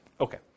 Okay